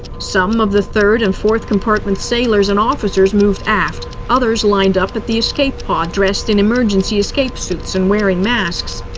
some of the third and fourth compartment sailors and officers moved aft. others lined up at the escape pod, dressed in emergency escape suits and wearing masks.